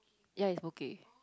ya eat Poke